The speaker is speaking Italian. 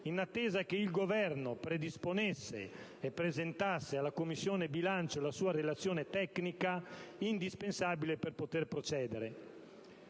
in attesa che il Governo predisponesse e presentasse alla Commissione bilancio la sua relazione tecnica, indispensabile per poter procedere.